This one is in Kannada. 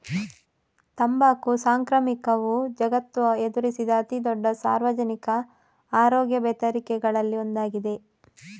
ತಂಬಾಕು ಸಾಂಕ್ರಾಮಿಕವು ಜಗತ್ತು ಎದುರಿಸಿದ ಅತಿ ದೊಡ್ಡ ಸಾರ್ವಜನಿಕ ಆರೋಗ್ಯ ಬೆದರಿಕೆಗಳಲ್ಲಿ ಒಂದಾಗಿದೆ